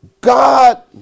God